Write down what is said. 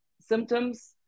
symptoms